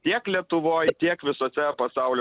tiek lietuvoj tiek visose pasaulio